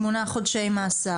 שמונה חודשי מאסר.